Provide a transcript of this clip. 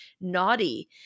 naughty